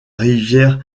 rivière